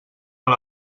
per